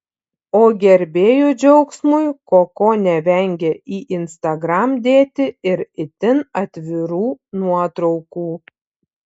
o gerbėjų džiaugsmui koko nevengia į instagram dėti ir itin atvirų nuotraukų